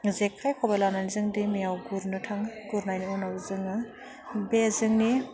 जेखाय खबाइ लानानै जों दैमायाव गुरनो थाङो गुरनायनि उनाव जोङो बे जोंनि